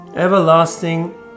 Everlasting